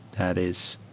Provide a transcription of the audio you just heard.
that is,